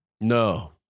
No